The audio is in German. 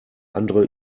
andere